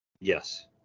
Yes